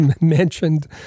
mentioned